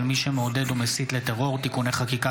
מי שמעודד או מסית לטרור (תיקוני חקיקה),